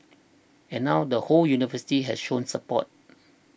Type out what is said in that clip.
and now the whole university has shown support